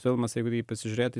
filmas kurį pasižiūrėti